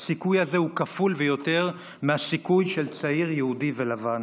הסיכוי הזה הוא כפול ויותר מהסיכוי של צעיר יהודי ולבן.